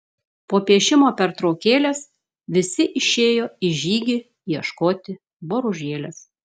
po piešimo pertraukėlės visi išėjo į žygį ieškoti boružėlės